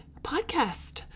podcast